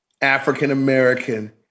African-American